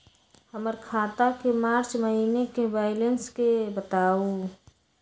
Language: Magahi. हमर खाता के मार्च महीने के बैलेंस के बताऊ?